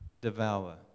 devour